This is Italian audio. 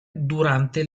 durante